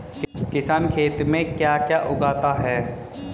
किसान खेत में क्या क्या उगाता है?